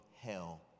hell